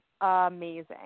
amazing